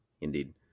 Indeed